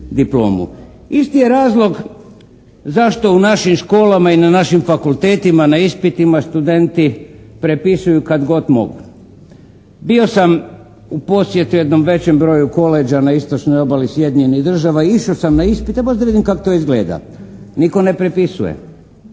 Isti je razlog zašto u našim školama i na našim fakultetima na ispitima studenti prepisuju kad god mogu. Bio sam u posjetu jednom većem broju collegea na istočnoj obali Sjedinjenjih Država. Išao sam na ispite baš da vidim kako to izgleda. Nitko ne prepisuje.